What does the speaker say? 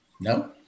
No